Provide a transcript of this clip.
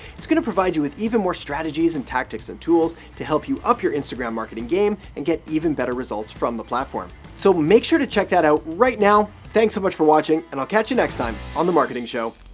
it's going to provide you with even more strategies and tactics and tools to help you up your instagram marketing game and get even better results from the platform. so, make sure to check that out right now. thanks so much for watching and i'll catch you next time, on the marketing show.